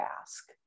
ask